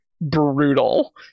brutal